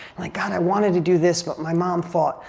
like god, i wanted to do this but my mom thought,